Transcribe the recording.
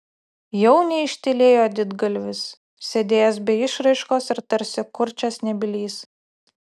jau neištylėjo didgalvis sėdėjęs be išraiškos ir tarsi kurčias nebylys